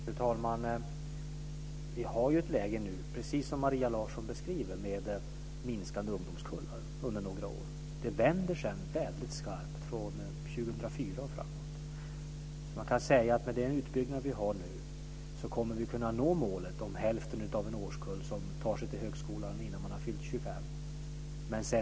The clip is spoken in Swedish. Fru talman! Vi har nu ett läge med minskande ungdomskullar under några år, precis som Maria Larsson beskriver. Sedan vänder det skarpt, från 2004 och framåt. Med den utbyggnad vi gör nu kommer vi att kunna nå målet om hälften av en årskull som tar sig till högskolan innan de har fyllt 25.